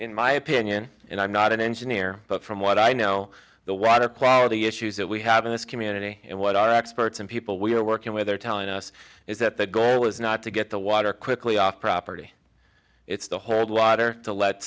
in my opinion and i'm not an engineer but from what i know the water quality issues that we have in this community and what our experts and people we are working with are telling us is that the goal is not to get the water quickly off property it's to hold water to let